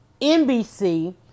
NBC